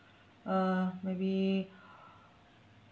uh maybe